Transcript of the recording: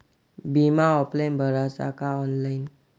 बिमा ऑफलाईन भराचा का ऑनलाईन?